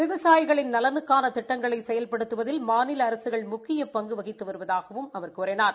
விவசாயிகள் நலனுக்கான திட்டங்களை செயல்படுத்துவதில் மாநில அரசுகள் முக்கிய பங்கு வகித்து வருவதாகவும் அவர் தெரிவித்தார்